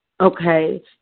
Okay